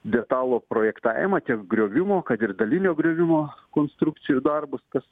detalų projektavimą tiek griovimo kad ir dalinio griuvimo konstrukcijų darbus kas